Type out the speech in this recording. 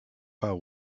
fell